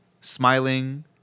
smiling